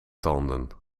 tanden